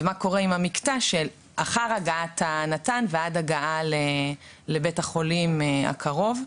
ומה קורה עם המקטע שלאחר הגעת נט"ן ועד הגעה לבית החולים הקרוב?